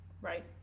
right